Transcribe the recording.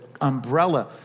umbrella